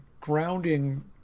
grounding